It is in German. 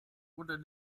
oder